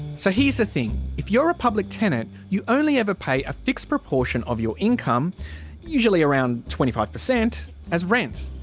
so here's the thing, if you're a public tenant, you only ever pay a fixed proportion of your income usually around twenty five percent as rent.